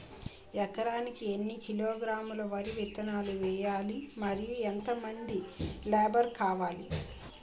ఎకరానికి ఎన్ని కిలోగ్రాములు వరి విత్తనాలు వేయాలి? మరియు ఎంత మంది లేబర్ కావాలి?